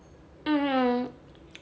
mmhmm